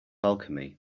alchemy